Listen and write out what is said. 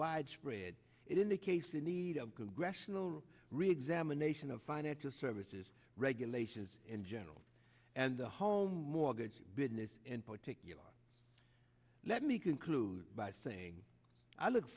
widespread it in a case in need of congressional reexamination of financial services regulations in general and the home mortgage business in particular let me conclude by saying i look